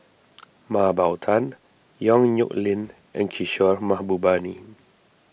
Mah Bow Tan Yong Nyuk Lin and Kishore Mahbubani